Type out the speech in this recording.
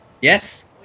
Yes